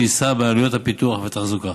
שיישא בעלויות הפיתוח והתחזוקה.